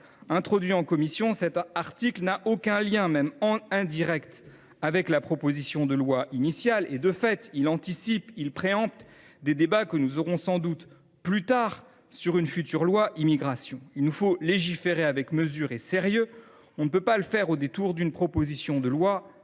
Introduit en commission, cet article n’a aucun lien, même indirect, avec la proposition de loi initiale. Il anticipe sur des débats que nous aurons sans doute lors d’un futur texte sur l’immigration. Il nous faut légiférer avec mesure et sérieux. Nous ne pouvons pas le faire au détour d’une disposition qui